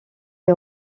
est